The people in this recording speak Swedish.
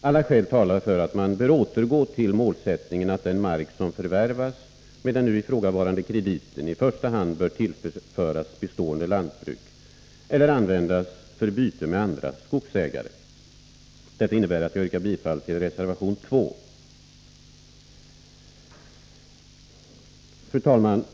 Alla skäl talar för att man bör återgå till målsättningen att den mark som förvärvas med den nu ifrågavarande krediten i första hand bör tillföras bestående lantbruk, eller användas för byte med andra skogsägare. Detta innebär att jag yrkar bifall till reservation 2. Fru talman!